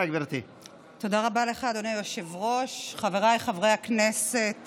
של חברת הכנסת